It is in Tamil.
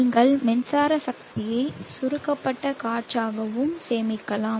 நீங்கள் மின்சார சக்தியை சுருக்கப்பட்ட காற்றாகவும் சேமிக்கலாம்